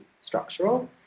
structural